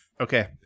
Okay